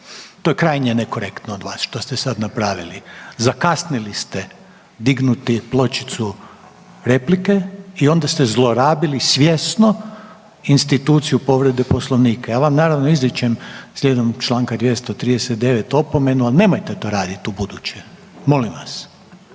to je krajnje nekorektno od nas što ste sad napravili. Zakasnili ste dignuti pločicu replike i onda ste zlorabili svjesno instituciju povrede Poslovnika. Ja vam naravno, izričem slijedom čl. 239 opomenu, ali nemojte to raditi ubuduće, molim vas.